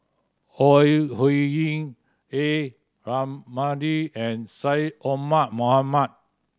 Ore Huiying A Ramli and Syed Omar Mohamed